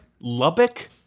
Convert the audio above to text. Lubbock